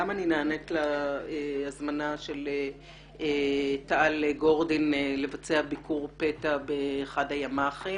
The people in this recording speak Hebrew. אני נענית להזמנה של תת-אלוף גורדין לבצע ביקור פתע באחד הימ"חים,